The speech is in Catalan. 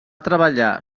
treballar